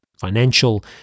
financial